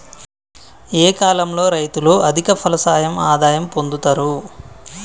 ఏ కాలం లో రైతులు అధిక ఫలసాయం ఆదాయం పొందుతరు?